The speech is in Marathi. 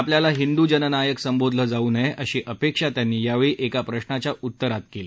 आपल्याला ेहिंदू जननायक े संबोधलं जाऊ नये अशी अपेक्षा त्यांनी यावेळी एका प्रश्नाच्या उत्तरात नमुद केली